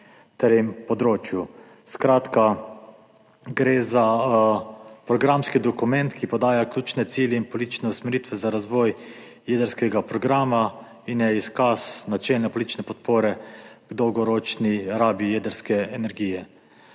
tem področju. Skratka, gre za programski dokument, ki podaja ključne cilje in politične usmeritve za razvoj jedrskega programa in je izkaz načelne politične podpore k dolgoročni rabi jedrske energije.